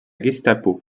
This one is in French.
gestapo